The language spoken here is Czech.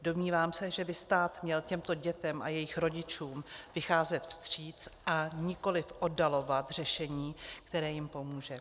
Domnívám se, že by stát měl těmto dětem a jejich rodičům vycházet vstříc a nikoliv oddalovat řešení, které jim pomůže.